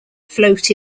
float